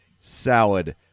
salad